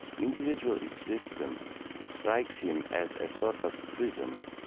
individual existence strikes him as a sort of prison,